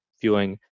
viewing